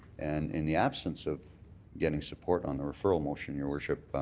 and in the absence of getting support on the referral motion, your worship,